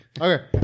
Okay